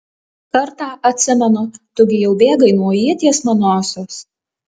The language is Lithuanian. kartą atsimenu tu gi jau bėgai nuo ieties manosios